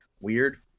weird